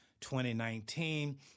2019